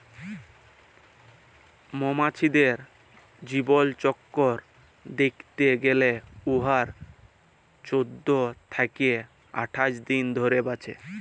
মমাছির জীবলচক্কর দ্যাইখতে গ্যালে উয়ারা চোদ্দ থ্যাইকে আঠাশ দিল ধইরে বাঁচে